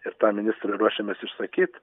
ir tą ministrui ruošiamės išsakyt